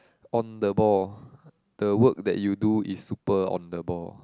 on the ball the work that you do is super on the ball